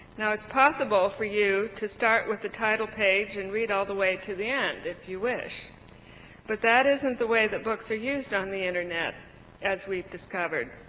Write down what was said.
now it's possible for you to start with the title page and read all the way to the end if you wish but that isn't the way that books are used on the internet as we've discovered,